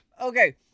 Okay